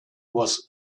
was